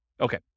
okay